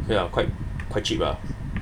okay ah quite quite cheap ah